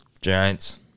Giants